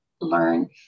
learn